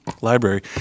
Library